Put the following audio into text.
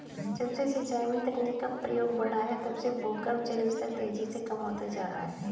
जब से सिंचाई में तकनीकी का प्रयोग बड़ा है तब से भूगर्भ जल स्तर तेजी से कम होता जा रहा है